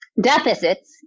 deficits